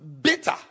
bitter